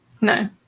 No